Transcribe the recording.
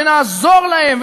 ונעזור להם,